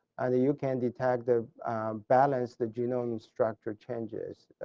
and you can detect ah balance the genome structure changes,